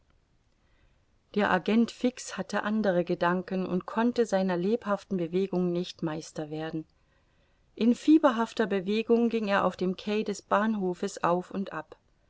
der agent fix hatte andere gedanken und konnte seiner lebhaften bewegung nicht meister werden in fieberhafter bewegung ging er auf dem quai des bahnhofes auf und ab